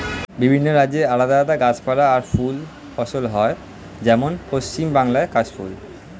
বিভিন্ন রাজ্যে আলাদা আলাদা গাছপালা আর ফুল ফসল হয়, যেমন পশ্চিম বাংলায় কাশ ফুল